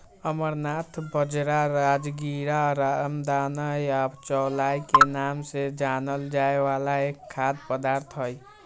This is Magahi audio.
अमरनाथ बाजरा, राजगीरा, रामदाना या चौलाई के नाम से जानल जाय वाला एक खाद्य पदार्थ हई